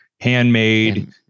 Handmade